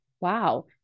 wow